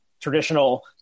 traditional